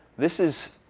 this is